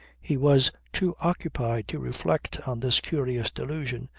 he was too occupied to reflect on this curious delusion,